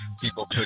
people